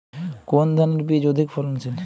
কোন ধানের বীজ অধিক ফলনশীল?